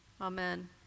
Amen